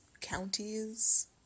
counties